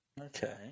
Okay